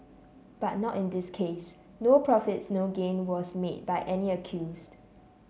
but not in this case no profits no gain was made by any accused